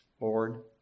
Lord